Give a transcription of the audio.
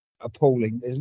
appalling